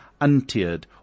untiered